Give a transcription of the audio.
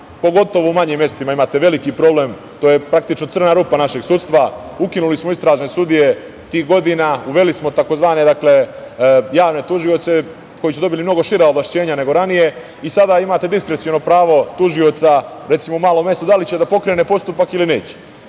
pogotovo u manjim mestima. Imate veliki problem, to je praktično crna rupa našeg sudstva. Ukinuli smo istražne sudije tih godina, uveli smo tzv. javne tužioce koji su dobili mnogo šira ovlašćenja nego ranije. Sada imate diskreciono pravo tužioca, recimo u malom mestu, da li će da pokrene postupak ili neće.